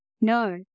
No